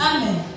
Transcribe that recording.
Amen